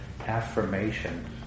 affirmation